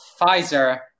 Pfizer